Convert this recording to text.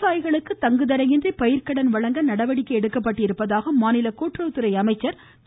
ராஜு இதனிடையே விவசாயிகளுக்கு தங்குதடையின்றி பயிர்க்கடன் வழங்க நடவடிக்கை எடுக்கப்பட்டிருப்பதாக மாநில கூட்டுறவுத்துறை அமைச்சர் திரு